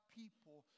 people